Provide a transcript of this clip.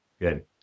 Good